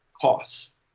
costs